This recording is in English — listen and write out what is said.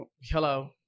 hello